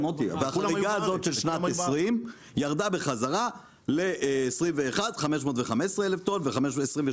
והחריגה הזו של שנת 2020 ירדה בחזרה ל- 515,000 טון בשנת 2021 ול-